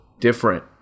different